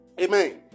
Amen